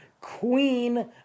queen